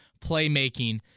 playmaking